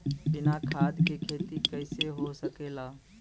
बिना खाद के खेती कइसे हो सकेला?